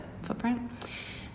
footprint